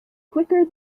quicker